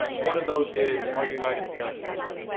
one of those is our united parent council.